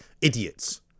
idiots